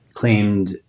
claimed